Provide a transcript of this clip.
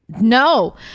no